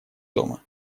дома